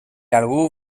algú